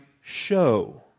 show